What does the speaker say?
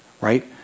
right